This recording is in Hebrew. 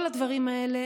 כל הדברים האלה